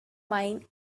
mine